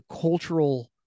cultural